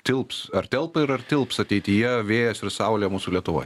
tilps ar telpa ir ar tilps ateityje vėjas ir saulė mūsų lietuvoj